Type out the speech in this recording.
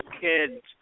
kids